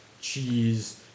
cheese